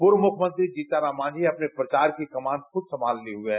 पूर्व मुख्यमंत्री जीतनराम मांझी अपने प्रचार की कमान खुद संमाले हुए हैं